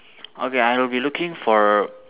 okay I'll be looking for